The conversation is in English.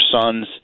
sons